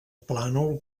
plànol